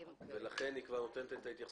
לכן היא כבר נותנת את ההתייחסות,